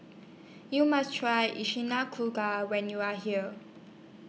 YOU must Try when YOU Are here